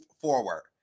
forward